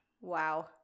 Wow